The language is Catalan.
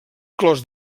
clos